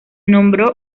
nombró